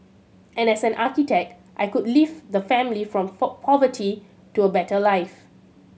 and as an architect I could lift the family from poverty to a better life